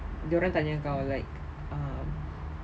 dia orang tanya kau like um